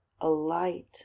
alight